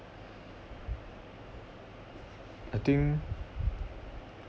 I think